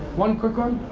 one quick one.